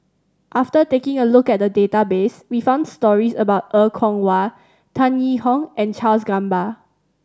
after taking a look at the database we found stories about Er Kwong Wah Tan Yee Hong and Charles Gamba